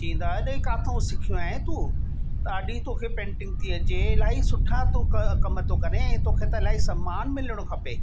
चईंदा हा एॾे किथां सिखियो आहे तूं ॾाढी तोखे पेंटिंग थी अचे इलाही सुठा तूं कम थो करे तोखे त इलाही सामान मिलिणो खपे